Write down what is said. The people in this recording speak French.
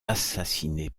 assassinée